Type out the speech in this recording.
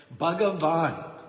Bhagavan